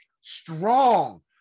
strong